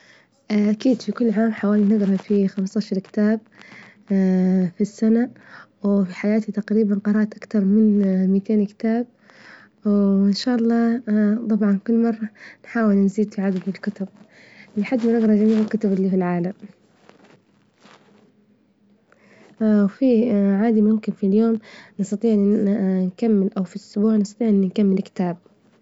أكيد في كل عام حوالي نظرتي خمس طاعشر كتاب، في السنة، وفي حياتي تجريبا قرأت أكثر من مئتين كتاب، وإن شاء الله طبعا كل مرة نحاول نزيد في عدد الكتب، لحد ما نجرا جميع الكتب إللي في العالم، وفي عادي ممكن في اليوم نستطيع نكمل أوفي الأسبوع نستطيع إني نكمل كتاب.